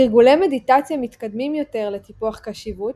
תרגולי מדיטציה מתקדמים יותר לטיפוח קשיבות